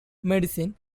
medicine